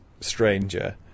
stranger